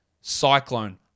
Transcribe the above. cyclone